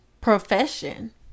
profession